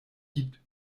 gibt